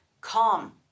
calm